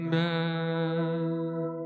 back